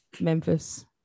Memphis